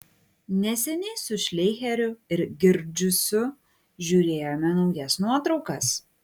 neseniai su šleicheriu ir girdziušu žiūrėjome naujas nuotraukas